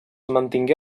mantingué